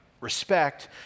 respect